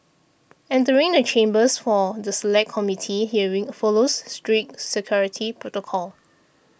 entering the chambers for the Select Committee hearing follows strict security protocol